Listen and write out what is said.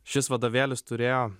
šis vadovėlis turėjo